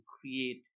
create